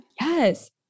Yes